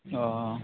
অঁ